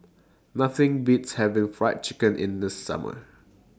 Nothing Beats having Fried Chicken in The Summer